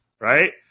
right